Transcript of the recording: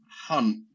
hunt